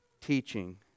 teaching